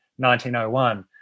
1901